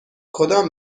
کدام